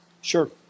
Sure